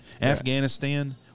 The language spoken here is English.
Afghanistan